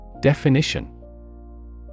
Definition